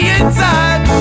inside